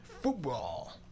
football